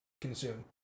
consume